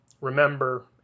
remember